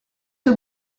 who